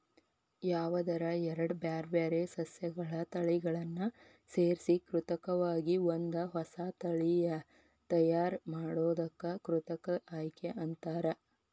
ಯಾವದರ ಎರಡ್ ಬ್ಯಾರ್ಬ್ಯಾರೇ ಸಸ್ಯಗಳ ತಳಿಗಳನ್ನ ಸೇರ್ಸಿ ಕೃತಕವಾಗಿ ಒಂದ ಹೊಸಾ ತಳಿ ತಯಾರ್ ಮಾಡೋದಕ್ಕ ಕೃತಕ ಆಯ್ಕೆ ಅಂತಾರ